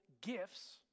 gifts